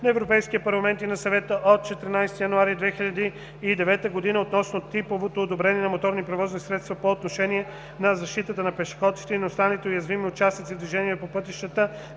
на Европейския парламент и на Съвета от 14 януари 2009 г. относно типовото одобрение на моторни превозни средства по отношение на защитата на пешеходците и на останалите уязвими участници в движението по пътищата,